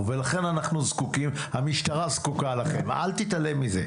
אנחנו במשך שנים מנהלים מעקב אחרי הקורבנות של התופעה הזאת,